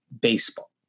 baseball